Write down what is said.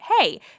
hey